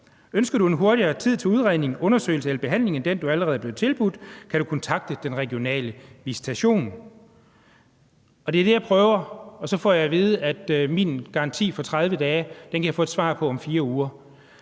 Ønsker du en hurtigere tid til udredning, undersøgelse eller behandling end den, du allerede er blevet tilbudt, kan du kontakte den regionale visitation. Det er det, jeg prøver, og så får jeg at vide, at min garanti på 30 dage kan jeg få et svar på om 4 uger.